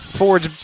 Fords